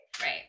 Right